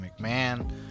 McMahon